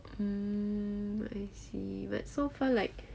um I see but so far like